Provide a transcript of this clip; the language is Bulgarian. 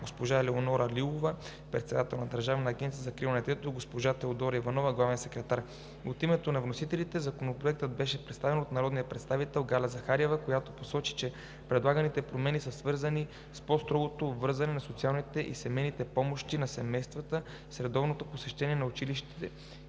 госпожа Елеонора Лилова – председател на Държавна агенция „Закрила на детето“, и госпожа Теодора Иванова – главен секретар. От името на вносителите Законопроектът беше представен от народния представител Галя Захариева, която посочи, че предлаганите промени са свързани с по-строгото обвързване на социалните и семейните помощи на семействата с редовното посещение на училище